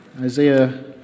Isaiah